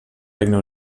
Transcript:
regne